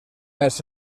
més